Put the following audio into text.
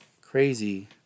crazy